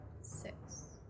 Six